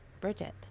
Bridget